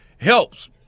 helps